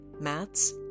maths